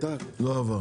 הצבעה 2 בעד, לא עבר.